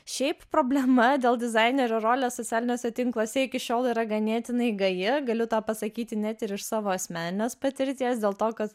šiaip problema dėl dizainerio rolės socialiniuose tinkluose iki šiol yra ganėtinai gaji galiu tą pasakyti net ir iš savo asmeninės patirties dėl to kad